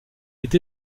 est